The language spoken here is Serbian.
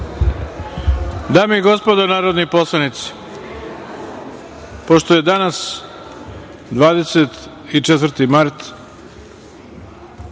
i gospodo narodni poslanici, pošto je danas 24. mart,